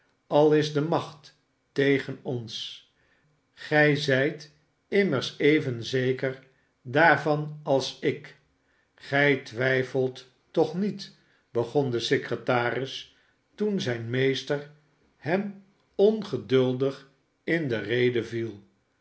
al is de macht tegen ons gij zijt immers even zeker daarvan als ik gij twijfelt toch niet begon de secretaris toen zijn meester hem ongeduldig in de rede viel